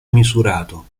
misurato